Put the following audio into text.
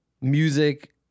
music